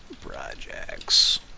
Projects